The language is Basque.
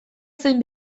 zein